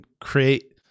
create